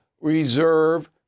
reserve